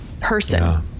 person